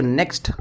next